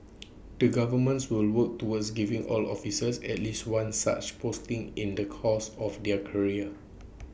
the governments will work towards giving all officers at least one such posting in the course of their career